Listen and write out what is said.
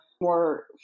more